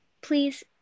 Please